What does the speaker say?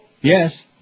Yes